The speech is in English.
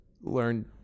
learn